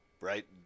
right